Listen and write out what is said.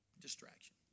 Distraction